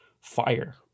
fire